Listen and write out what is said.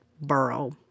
borough